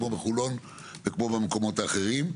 כמו בחולון ובמקומות האחרים.